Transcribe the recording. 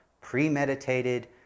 premeditated